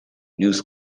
news